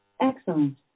Excellent